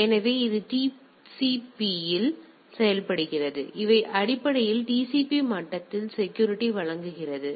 எனவே இது TCP இல் செயல்படுகிறது எனவே இது அடிப்படையில் TCP மட்டத்தில் செக்யூரிட்டி வழங்குகிறது